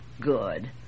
Good